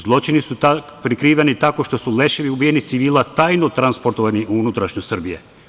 Zločini su prikriveni tako što su leševi ubijenih civila tajno transportovani u unutrašnjost Srbije.